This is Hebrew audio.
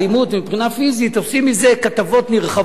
ומבחינה פיזית תופסים כתבות נרחבות,